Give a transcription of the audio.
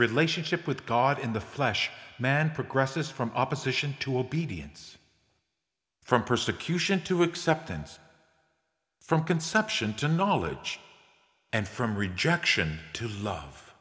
relationship with god in the flesh man progresses from opposition to will be dns from persecution to acceptance from conception to knowledge and from rejection to love